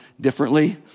differently